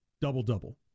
Double-double